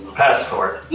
passport